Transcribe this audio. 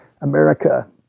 America